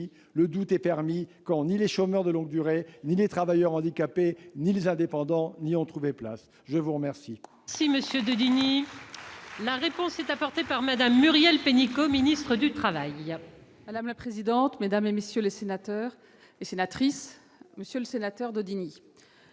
Le doute est permis quand ni les chômeurs de longue durée, ni les travailleurs handicapés, ni les indépendants n'y ont trouvé place. La parole